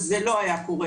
אז זה לא היה קורה.